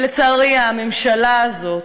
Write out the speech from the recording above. ולצערי, הממשלה הזאת